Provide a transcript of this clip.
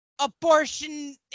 Abortion